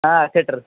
हा थेटर